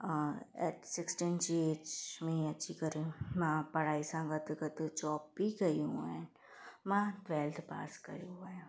sixteen जी age में अची करे मां पढ़ाई सां गॾु गॾु जॉब बि कयूं आहिनि मां ट्वेल्थ पास कयो आहे